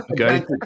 okay